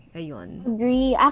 agree